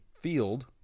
field